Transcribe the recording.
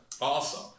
Awesome